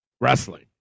wrestling